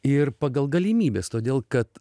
ir pagal galimybes todėl kad